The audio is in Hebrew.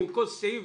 מספר הילדים.